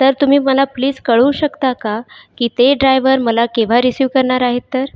तर तुम्ही मला प्लीज कळवू शकता का की ते ड्रायव्हर मला केव्हा रिसिव करणार आहेत तर